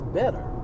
better